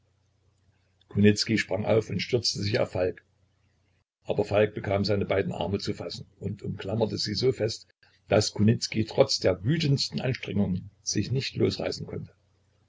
kunicki sprang auf und stürzte sich auf falk aber falk bekam seine beiden arme zu fassen und umklammerte sie so fest daß kunicki trotz der wütendsten anstrengungen sich nicht losreißen konnte